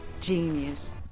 Genius